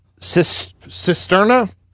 Cisterna